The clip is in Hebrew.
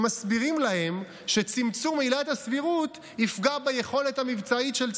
שמסבירים להם שצמצום עילת הסבירות תפגע ביכולת המבצעית של צה"ל,